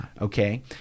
Okay